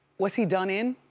was he done in?